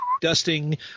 Dusting